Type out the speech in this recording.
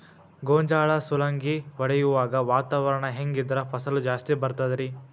ಗೋಂಜಾಳ ಸುಲಂಗಿ ಹೊಡೆಯುವಾಗ ವಾತಾವರಣ ಹೆಂಗ್ ಇದ್ದರ ಫಸಲು ಜಾಸ್ತಿ ಬರತದ ರಿ?